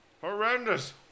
Horrendous